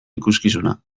ikuskizuna